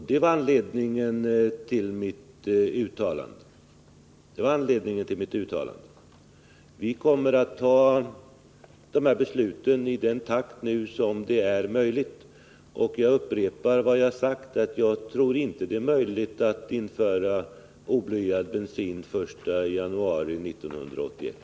Det var anledningen till mitt uttalande. Vi kommer att fatta de här besluten i den takt som det är möjligt. Jag upprepar att jag inte tror att det är möjligt att införa oblyad bensin den 1 januari 1981.